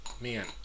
Man